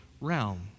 realm